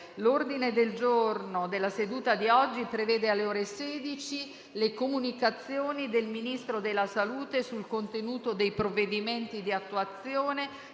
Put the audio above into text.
L'ordine del giorno della seduta di oggi prevede, alle ore 16, le comunicazioni del Ministro della salute sul contenuto dei provvedimenti di attuazione